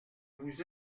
vous